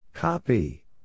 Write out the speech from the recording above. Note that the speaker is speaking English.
Copy